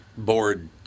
board